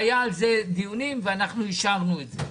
היו על זה דיונים ואישרנו את זה.